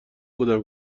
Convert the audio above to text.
بودم